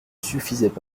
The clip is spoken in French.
suffisaient